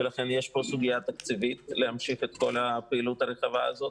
ולכן יש פה סוגיה תקציבית להמשיך את כל הפעילות הרחבה הזאת.